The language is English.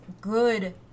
good